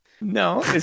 no